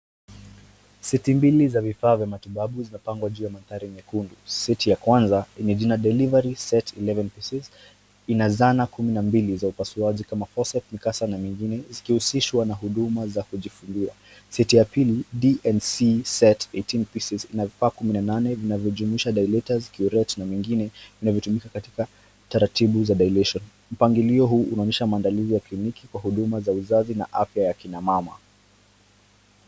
Seti mbili za vifaa vya matibabu zimepangwa juu ya mandhari mekundu. Seti ya kwanza yenye jina delivery set 11 pieces ina zana kumi na mbili za upasuaji kama forceps mikasa na mengine zikihusishwa na huduma za kujifungua. Seti ya pili, dmc set 18 pieces ina vifaa kumi na nane vinavyojumuhisha dilators, curate na mengine vinavyotumiwa katika taratibu za dilution. Mpangilio huu unaonyesha maandalizi ya kliniki kwa huduma za uzazi na afya ya kina mama.